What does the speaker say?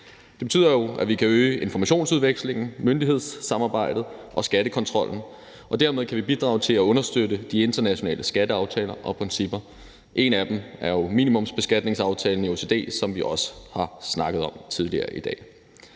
Det betyder jo, at vi kan øge informationsudvekslingen, myndighedssamarbejdet og skattekontrollen, og dermed kan vi bidrage til at understøtte de internationale skatteaftaler og -principper. En af dem er jo minimumsbeskatningsaftalen i OECD, som vi også har snakket om tidligere i dag.